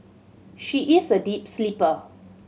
she is a deep sleeper